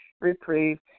reprieve